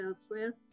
elsewhere